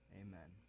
amen